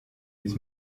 its